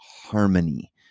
harmony